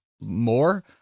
more